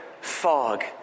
fog